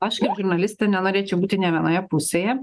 aš žurnalistė nenorėčiau būti nė vienoje pusėje